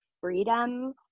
freedom